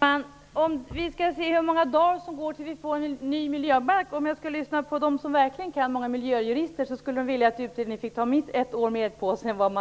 Herr talman! När det gäller hur många dagar som går innan vi får en ny miljöbalk, kan jag säga att de som verkligen kan det här, nämligen många miljöjurister, skulle vilja att utredningen får minst ett år till på sig jämfört